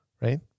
Right